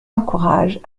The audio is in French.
encourage